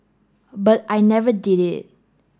but I never did it